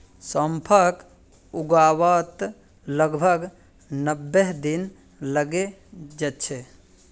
सौंफक उगवात लगभग नब्बे दिन लगे जाच्छे